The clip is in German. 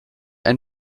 ein